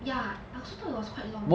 ya I also thought it was quite long